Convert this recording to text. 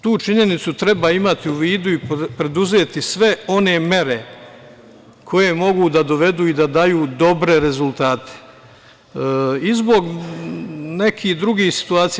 Tu činjenicu treba imati u vidu i preduzeti sve one mere koje mogu da dovedu i da daju dobre rezultate i zbog nekih drugih situacije.